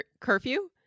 curfew